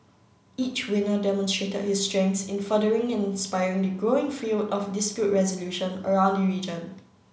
each winner demonstrated his strengths in furthering and inspiring the growing field of dispute resolution around the region